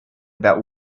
about